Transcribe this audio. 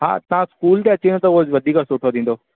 हा तव्हां स्कूल ते अची वञो त वधीक सुठो थींदो